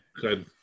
Good